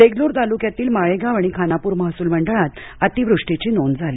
देगलूर तालुक्यातील माळेगाव आणि खानापूर महसूल मंडळात अतिवृष्टीची नोंद झाली